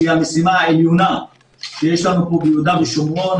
שהיא המשימה העליונה שיש לנו פה ביהודה ושומרון,